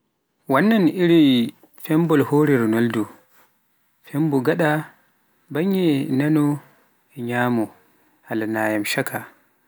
wannan iri fembol hore Ronaldo, fembu gaɗa, bannge nano e ñaamo alaa nayam cakka.